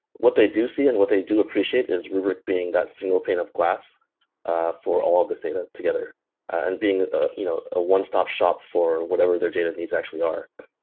what they do see and what they do appreciate is rubrik being that single pane of glass for all these data together and being a you know ah one-stop-shop for whatever their data needs actually are.